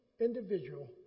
individual